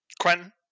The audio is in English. Quentin